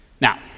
Now